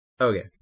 Okay